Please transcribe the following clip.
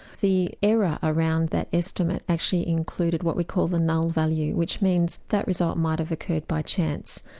the error around that estimate actually included what we call the null value which means that result might have occurred by chance.